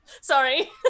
Sorry